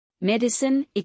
Medicine